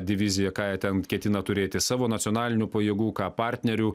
diviziją ką jie ten ketina turėti savo nacionalinių pajėgų ką partnerių